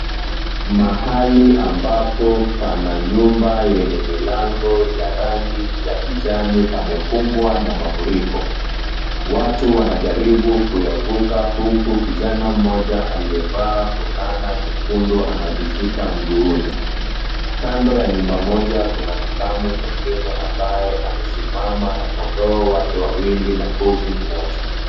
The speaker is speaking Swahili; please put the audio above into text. Mahali ambapo pana nyumba yenye milango ya rangi ya kijani pamekumbwa na mafuriko. Watu wanajaribu kuyavuka huku kijana mmoja aliyevaa fulana nyekundu anajishika mguuni. Kando ya nyumba moja kuna ghulamu mwingine ambaye amesimama na kondoo wake wawili na mbuzi mmoja.